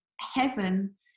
heaven